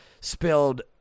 spilled